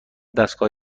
دستگاه